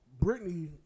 britney